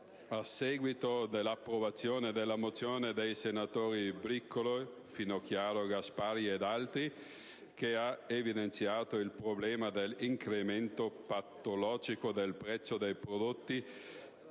a seguito dell'approvazione della mozione a firma dei senatori Bricolo, Finocchiaro, Gasparri ed altri, che ha evidenziato il problema dell'incremento patologico del prezzo dei prodotti